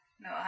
No